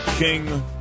King